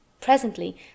Presently